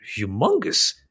humongous